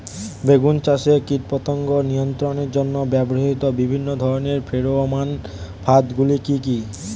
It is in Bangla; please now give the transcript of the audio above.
বেগুন চাষে কীটপতঙ্গ নিয়ন্ত্রণের জন্য ব্যবহৃত বিভিন্ন ধরনের ফেরোমান ফাঁদ গুলি কি কি?